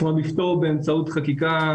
זה כמו לפתור באמצעות חקיקה,